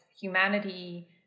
humanity